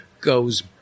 goes